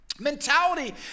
Mentality